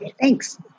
Thanks